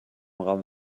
raum